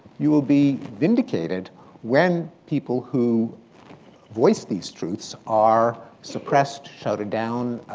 you will be vindicated when people who voice these truths are suppressed, shouted down,